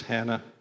Hannah